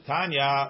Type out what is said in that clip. Tanya